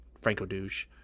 Franco-douche